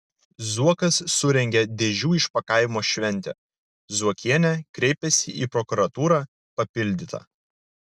zuokas surengė dėžių išpakavimo šventę zuokienė kreipėsi į prokuratūrą papildyta